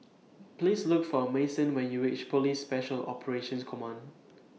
Please Look For Manson when YOU REACH Police Special Operations Command